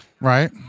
Right